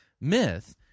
myth